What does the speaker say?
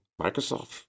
microsoft